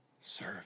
serve